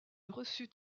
reçut